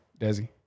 Desi